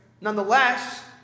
Nonetheless